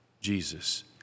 Jesus